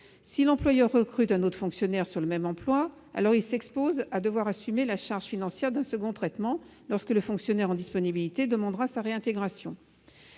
Si l'employeur recrute un autre fonctionnaire sur le même emploi, alors il s'expose à devoir assumer la charge financière d'un second traitement lorsque le fonctionnaire en disponibilité sollicitera sa réintégration.